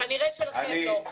כנראה שלכם לא.